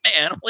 man